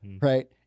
right